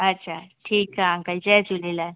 अच्छा ठीकु आहे अंकल जय झूलेलाल